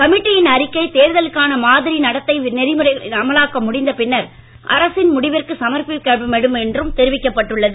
கமிட்டியின் அறிக்கை தேர்தலுக்கான மாதிரி நடத்தை நெறிமுறைகளின் அமலாக்கம் முடிந்த பின்னர் அரசின் முடிவிற்கு சமர்ப்பிக்கப்படும் என்றும் தெரிவிக்கப்பட்டுள்ளது